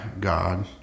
God